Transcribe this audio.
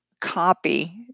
copy